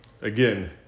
again